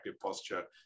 posture